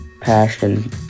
passion